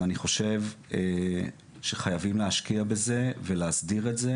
ואני חושב שחייבים להשקיע בזה ולהסדיר את זה